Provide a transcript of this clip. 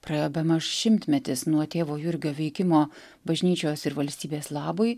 praėjo bemaž šimtmetis nuo tėvo jurgio veikimo bažnyčios ir valstybės labui